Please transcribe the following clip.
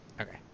Okay